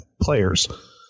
players